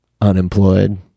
Unemployed